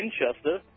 Winchester